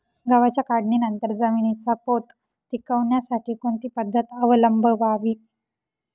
गव्हाच्या काढणीनंतर जमिनीचा पोत टिकवण्यासाठी कोणती पद्धत अवलंबवावी?